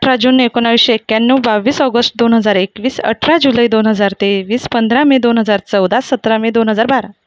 अठरा जून एकोणवीसशे एक्याण्णव बावीस ऑगस्ट दोन हजार एकवीस अठरा जुलै दोन हजार तेवीस पंधरा मे दोन हजार चौदा सतरा मे दोन हजार बारा